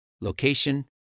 location